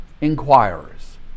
inquirers